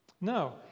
No